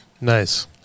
nice